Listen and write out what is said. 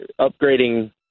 upgrading